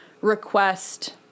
request